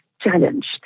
challenged